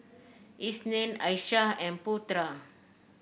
Isnin Aishah and Putra